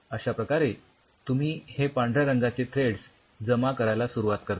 अश्या प्रकारे तुम्ही हे पांढऱ्या रंगाचे थ्रेडस जमा करायला सुरुवात करता